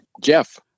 Jeff